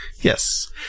Yes